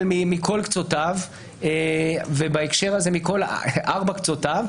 מכל קצותיו - ובהקשר הזה בכל ארבע קצותיו